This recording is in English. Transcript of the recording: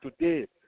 today